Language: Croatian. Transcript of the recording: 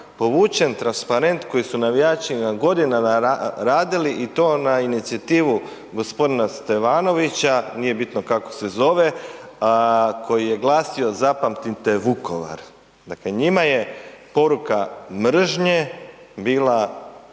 povučen transparent koji su navijači godinama radili inicijativu gospodina Stevanovića, nije bitno kako se zove, koji je glasio „Zapamtite Vukovar“, dakle njima je poruka mržnje bila